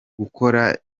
gukora